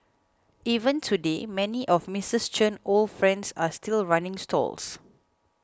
even today many of Missus Chen old friends are still running stalls